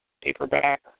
paperback